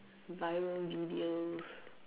viral videos